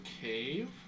cave